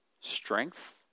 Strength